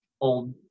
old